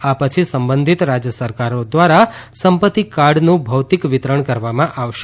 આ પછી સંબંધિત રાજ્ય સરકારો દ્વારા સંપત્તિ કાર્ડનું ભૌતિક વિતરણ કરવામાં આવશે